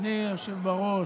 אדוני היושב-בראש,